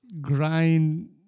grind